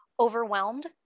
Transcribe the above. overwhelmed